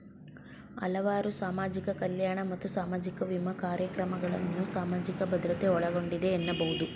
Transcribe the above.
ಹಲವಾರು ಸಾಮಾಜಿಕ ಕಲ್ಯಾಣ ಮತ್ತು ಸಾಮಾಜಿಕ ವಿಮಾ ಕಾರ್ಯಕ್ರಮಗಳನ್ನ ಸಾಮಾಜಿಕ ಭದ್ರತೆ ಒಳಗೊಂಡಿದೆ ಎನ್ನಬಹುದು